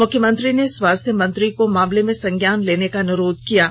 मुख्यमंत्री ने स्वास्थ्य मंत्री को मामले में संज्ञान लेने का अनुरोध किया है